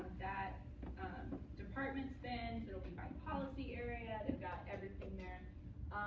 that department spends. it will be by policy area. they've got everything there.